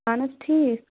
اَہَن حظ ٹھیٖک